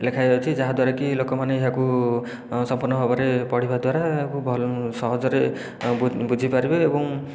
ଲେଖାଯାଉଛି ଯାହା ଦ୍ୱାରାକି ଲୋକମାନେ ଏହାକୁ ସମ୍ପୂର୍ଣ୍ଣ ଭାବରେ ପଢ଼ିବା ଦ୍ୱାରା ଏହାକୁ ସହଜରେ ବୁଝିପାରିବେ ଏବଂ